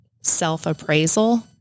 self-appraisal